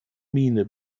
miene